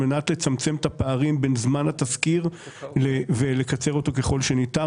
על מנת לצמצם את הפערים בין זמן התזכיר ולקצר אותו ככל שניתן.